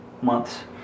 months